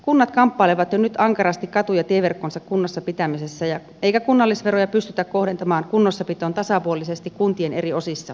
kunnat kamppailevat jo nyt ankarasti katu ja tieverkkonsa kunnossapitämisessä eikä kunnallisveroja pystytä kohdentamaan kunnossapitoon tasapuolisesti kuntien eri osissa